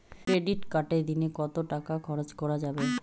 Credit কার্ডে দিনে কত টাকা খরচ করা যাবে?